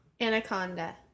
anaconda